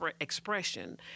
expression